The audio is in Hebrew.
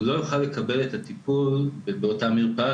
הוא לא יוכל לקבל את הטיפול באותה מרפאה